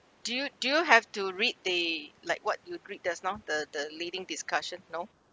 do you do you have to read the like what you read just now the the leading discussion no